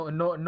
no